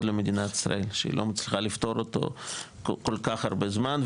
למדינת ישראל שהיא לא מצליחה לפתור אותו כל כך הרבה זמן.